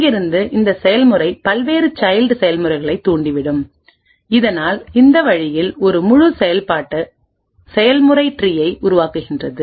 இங்கிருந்து இந்த செயல்முறை பல்வேறு சைல்ட் செயல்முறைகளைத் தூண்டிவிடும் இதனால் இந்த வழியில் ஒரு முழு செயல்முறை ட்ரீயை உருவாக்குகிறது